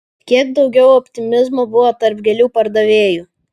kiek daugiu optimizmo buvo tarp gėlių pardavėjų